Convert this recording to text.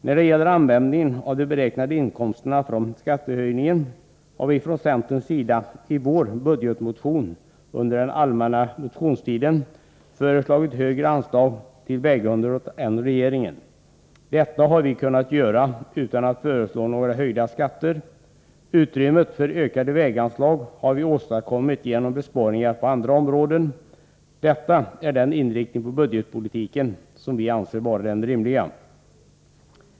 När det gäller användningen av de beräknade inkomsterna från skattehöjningen har vi från centerns sida i vår budgetmotion under allmänna motionstiden föreslagit högre anslag till vägunderhållet än regeringen. Detta har vi kunnat göra utan att föreslå några höjda skatter. Utrymmet för ökade väganslag har vi åstadkommit genom besparingar på andra områden. Detta åa är den inriktning på budgetpolitiken som vi anser vara den rimliga.